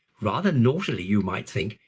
rather naughtily, you might think,